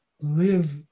live